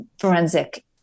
forensic